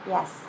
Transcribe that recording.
Yes